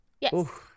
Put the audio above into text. Yes